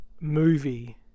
movie